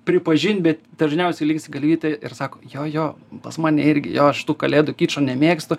pripažint bet dažniausiai linksi galvyte ir sako jo jo pas mane irgi jo aš tų kalėdų kičo nemėgstu